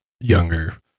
younger